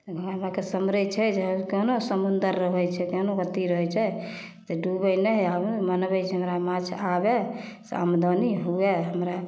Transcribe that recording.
गङ्गा माइके सुमिरै छै जे केहनो समुन्दर रहै छै केहनो गति रहै छै तऽ डुबै नहि हम मनबै छै हमरा माँछ आबै से आमदनी हुअए हमरा